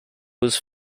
was